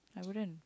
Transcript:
I wouldn't